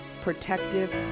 protective